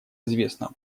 известно